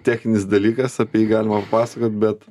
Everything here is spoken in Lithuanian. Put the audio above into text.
techninis dalykas apie jį galima pasakot bet